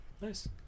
Nice